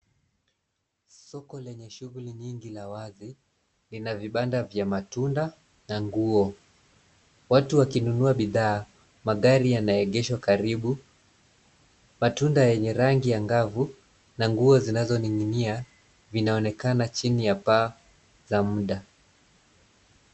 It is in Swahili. Soko lenye shughuli nyingi la wazi, lina vibanda vya matunda na nguo. Watu wakinunua bidhaa, magari yanaegeshwa karibu, Matunda yenye rangi angavu na nguo zinazoning'inia vinaonekana chini ya paa za muda.